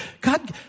God